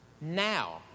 now